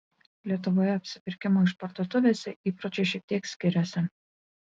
lietuvoje apsipirkimo išparduotuvėse įpročiai šiek tiek skiriasi